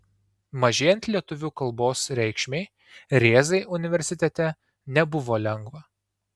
mažėjant lietuvių kalbos reikšmei rėzai universitete nebuvo lengva